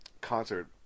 concert